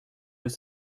deux